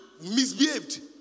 misbehaved